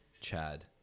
Chad